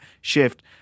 shift